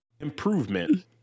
Improvement